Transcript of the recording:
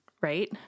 right